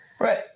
right